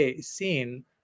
scene